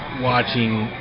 Watching